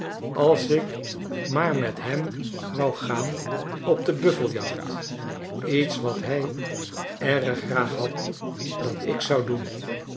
als ik maar met hem wou gaan op de buffeljacht iets wat hij erg graag had dat ik zou doen